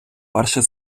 перший